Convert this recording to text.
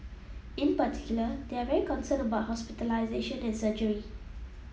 in particular they are very concerned about hospitalisation and surgery